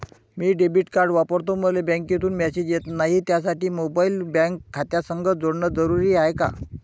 मी debit card वापरतो मले बँकेतून मॅसेज येत नाही, त्यासाठी मोबाईल बँक खात्यासंग जोडनं जरुरी हाय का?